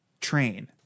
train